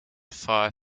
fire